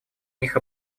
них